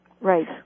Right